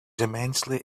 immensely